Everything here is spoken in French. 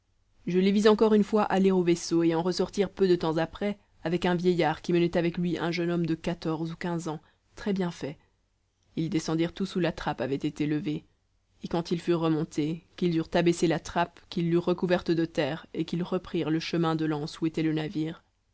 je les vis encore une fois aller au vaisseau et en ressortir peu de temps après avec un vieillard qui menait avec lui un jeune homme de quatorze ou quinze ans trèsbien fait ils descendirent tous où la trappe avait été levée et quand ils furent remontés qu'ils eurent abaissé la trappe qu'ils l'eurent recouverte de terre et qu'ils reprirent le chemin de l'anse où était le navire